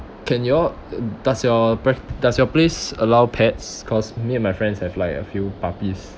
can you all does your pre~ does your place allow pets cause me and my friends have like a few puppies